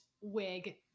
wig